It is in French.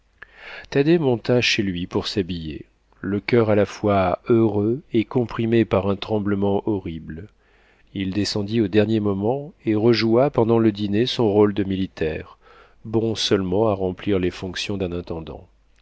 thaddée monta chez lui pour s'habiller le coeur à la fois heureux et comprimé par un tremblement horrible il descendit au dernier moment et rejoua pendant le dîner son rôle de militaire bon seulement à remplir les fonctions d'un intendant